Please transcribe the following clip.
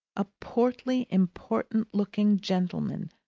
a portly, important-looking gentleman,